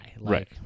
Right